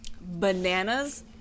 Bananas